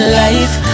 life